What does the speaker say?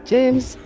James